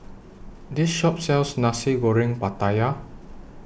This Shop sells Nasi Goreng Pattaya